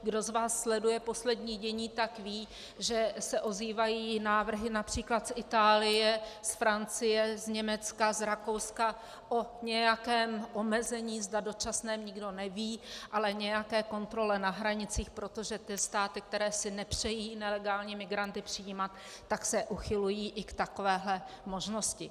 Kdo z vás sleduje poslední dění, tak ví, že se ozývají návrhy např. z Itálie, z Francie, z Německa, z Rakouska o nějakém omezení, zda dočasném, nikdo neví, ale nějaké kontrole na hranicích, protože ty státy, které si nepřejí nelegální migranty přijímat, tak se uchylují i k takovéto možnosti.